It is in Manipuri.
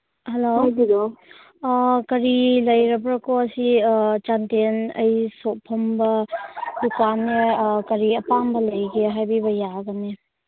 ꯍꯜꯂꯣ ꯍꯥꯏꯕꯤꯔꯛꯑꯣ ꯀꯔꯤ ꯂꯩꯔꯕ꯭ꯔꯣꯀꯣ ꯁꯤ ꯆꯥꯟꯗꯦꯜ ꯑꯩ ꯁꯣꯞ ꯐꯝꯕ ꯗꯨꯀꯥꯟꯅꯦ ꯀꯔꯤ ꯑꯄꯥꯝꯕ ꯂꯩꯒꯦ ꯍꯥꯏꯕꯤꯕ ꯌꯥꯒꯅꯤ